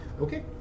Okay